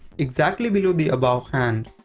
exactly below the above hand.